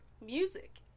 Music